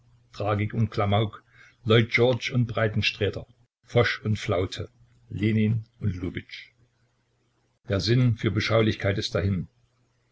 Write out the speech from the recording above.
tragik und klamauk lloyd george und breitensträter foch und flaute lenin und lubitzsch der sinn für beschaulichkeit ist dahin